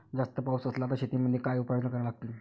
जास्त पाऊस असला त शेतीमंदी काय उपाययोजना करा लागन?